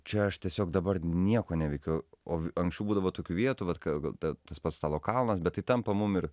čia aš tiesiog dabar nieko neveikiu o anksčiau būdavo tokių vietų vat gal tai tas pats stalo kalnas bet tai tampa mum ir